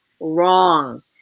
Wrong